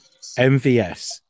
MVS